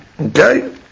Okay